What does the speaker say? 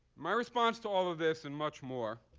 my response to all of this and much more